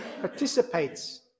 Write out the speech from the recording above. participates